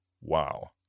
Wow